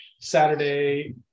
Saturday